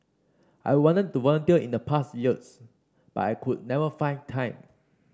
I wanted to volunteer in the past years but I could never find time